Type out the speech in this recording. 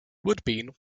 woodbine